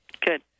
Good